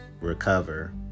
Recover